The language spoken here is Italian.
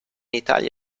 italia